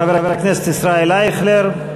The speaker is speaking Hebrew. חבר הכנסת ישראל אייכלר,